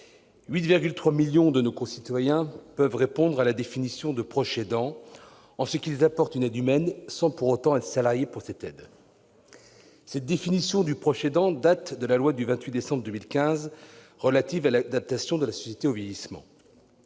8,3 millions de nos concitoyens répondent à la définition de « proches aidants », en ce qu'ils apportent une aide humaine sans pour autant en tirer un salaire. Cette définition date de la loi du 28 décembre 2015, relative à l'adaptation de la société au vieillissement.